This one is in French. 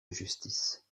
justice